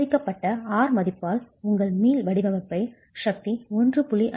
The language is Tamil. அனுமதிக்கப்பட்ட R மதிப்பால் உங்கள் மீள் வடிவமைப்பு சக்தி 1